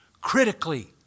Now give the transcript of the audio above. critically